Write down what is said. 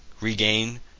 regain